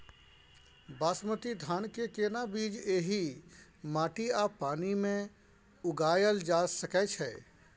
बासमती धान के केना बीज एहि माटी आ पानी मे उगायल जा सकै छै?